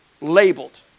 labeled